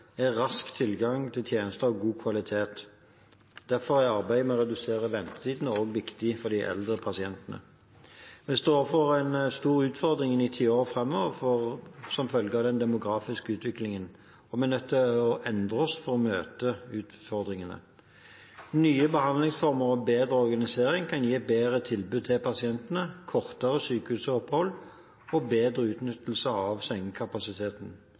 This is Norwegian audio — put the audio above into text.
er rask tilgang til tjenester av god kvalitet. Derfor er arbeidet med å redusere ventetidene også viktig for de eldre pasientene. Vi står foran en stor utfordring i tiårene framover som følge av den demografiske utviklingen. Vi er nødt til å endre oss for å møte utfordringene. Nye behandlingsformer og bedre organisering kan gi et bedre tilbud til pasientene, kortere sykehusopphold og bedre utnyttelse av sengekapasiteten.